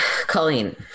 Colleen